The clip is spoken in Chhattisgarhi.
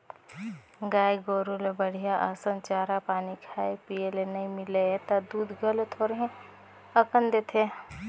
गाय गोरु ल बड़िहा असन चारा पानी खाए पिए ले नइ मिलय त दूद घलो थोरहें अकन देथे